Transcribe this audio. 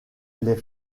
les